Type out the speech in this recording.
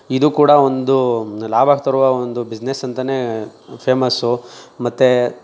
ಇದು ಕೂಡ ಒಂದು ಲಾಭ ತರುವ ಒಂದು ಬಿಸ್ನೆಸ್ ಅಂತೆಯೇ ಫೇಮಸ್ಸು ಮತ್ತೆ